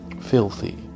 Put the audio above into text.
filthy